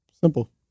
simple